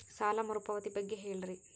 ಸಾಲ ಮರುಪಾವತಿ ಬಗ್ಗೆ ಹೇಳ್ರಿ?